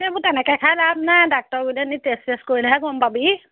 এইবোৰ তেনেকৈ খাই লাভ নাই ডাক্তৰৰ গুৰিলৈ নি টেচ চেচ কৰিলেহে গম পাবি